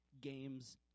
games